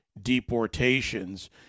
deportations